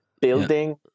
building